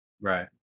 right